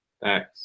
Thanks